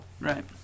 Right